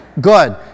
Good